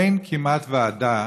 אין כמעט ועדה,